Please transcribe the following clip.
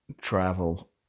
travel